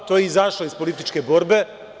To je izašlo iz političke borbe.